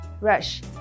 Rush